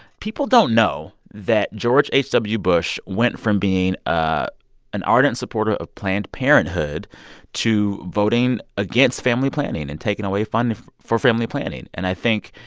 people don't know that george h w. bush went from being ah an ardent supporter of planned parenthood to voting against family planning and taking away funding for family planning. and i think,